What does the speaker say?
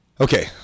Okay